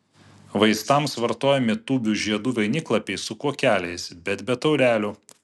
vaistams vartojami tūbių žiedų vainiklapiai su kuokeliais bet be taurelių